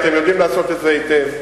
ואתם יודעים לעשות את זה היטב.